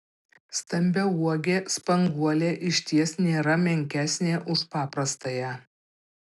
stambiauogė spanguolė išties nėra menkesnė už paprastąją